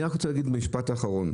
אני רק רוצה להגיד משפט אחרון,